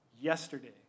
yesterday